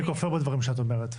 אני כופר בדברים שאת אומרת.